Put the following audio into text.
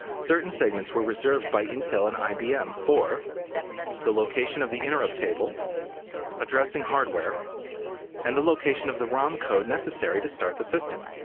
certain segments were reserved by intel and ibm for the location of the interrupt table addressing hardware and the location of the rom code necessary to start the system.